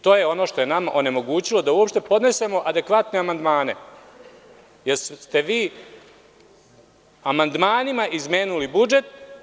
To je ono što je nama onemogućilo da uopšte podnesemo adekvatne amandmane, jer ste vi amandmanima izmeni budžet.